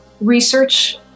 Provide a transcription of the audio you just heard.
research